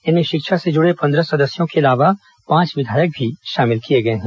इनमें शिक्षा से जुड़े पंद्रह सदस्यों के अलावा पांच विधायक भी शामिल हैं